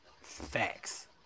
Facts